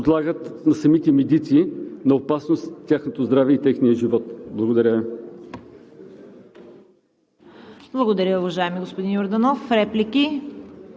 които в крайна сметка няма да доведат, първо, до нищо и второ, подлагат самите медици на опасност – тяхното здраве и техния живот. Благодаря